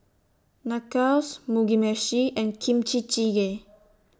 Nachos Mugi Meshi and Kimchi Jjigae